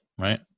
right